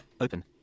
Open